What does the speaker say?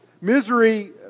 Misery